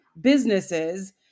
businesses